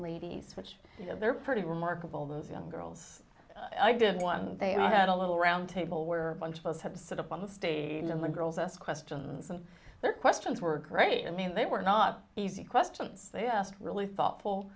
ladies which they're pretty remarkable those young girls i did once they had a little round table where bunch of us had to sit up on the stage when the girls ask questions and their questions were great and they were not easy questions they asked really thoughtful